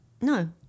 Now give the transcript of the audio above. No